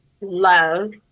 love